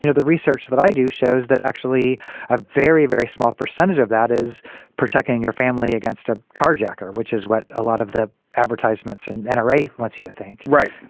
you know the research that i do shows that actually have very, very small percentage of that is protecting your family against a carjacker, which is what a lot of the advertisments and an array wants you to think. right.